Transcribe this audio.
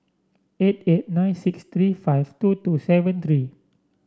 eight eight nine six three five two two seven three